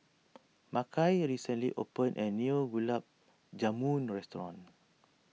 Makai recently opened a new Gulab Jamun restaurant